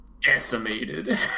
Decimated